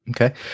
Okay